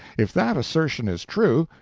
if that assertion is true,